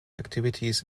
activities